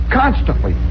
constantly